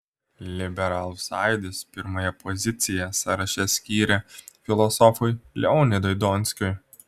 liberalų sąjūdis pirmąją poziciją sąraše skyrė filosofui leonidui donskiui